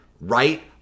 right